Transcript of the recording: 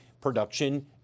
production